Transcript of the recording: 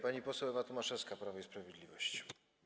Pani poseł Ewa Tomaszewska, Prawo i Sprawiedliwość.